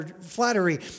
flattery